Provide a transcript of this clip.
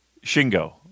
Shingo